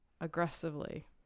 aggressively